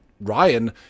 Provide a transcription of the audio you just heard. ryan